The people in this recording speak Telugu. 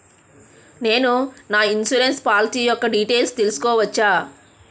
నేను నా ఇన్సురెన్స్ పోలసీ యెక్క డీటైల్స్ తెల్సుకోవచ్చా?